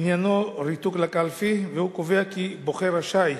עניינו ריתוק לקלפי, והוא קובע כי בוחר רשאי,